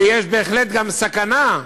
ויש בהחלט גם סכנה,